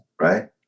right